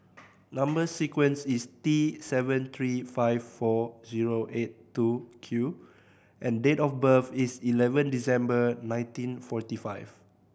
number sequence is T seven three five four zero eight two Q and date of birth is eleven December nineteen forty five